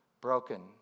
broken